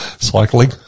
Cycling